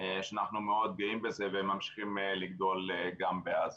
שאנחנו גאים בזה וממשיכים לגדול גם בעזה.